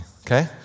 Okay